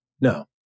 No